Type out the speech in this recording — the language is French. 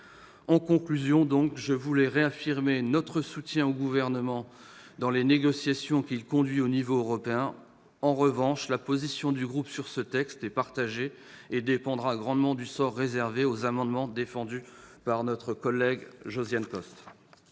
En conclusion, je veux réaffirmer notre soutien au Gouvernement dans les négociations qu'il conduit au niveau européen. En revanche, la position de mon groupe sur ce texte est plus partagée, et dépendra grandement du sort réservé aux amendements qui seront défendus par Josiane Costes.